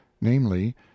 namely